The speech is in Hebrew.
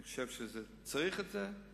אני חושב שצריך את זה,